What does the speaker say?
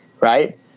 Right